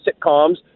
sitcoms